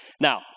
now